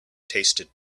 tasted